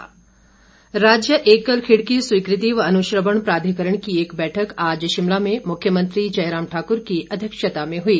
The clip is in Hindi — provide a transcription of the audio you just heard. एकल खिड़की राज्य एकल खिड़की स्वीकृति व अनुश्रवण प्राधिकरण की एक बैठक आज शिमला में मुख्यमंत्री जयराम ठाकुर की अध्यक्षता में हुई